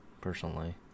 personally